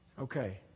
Okay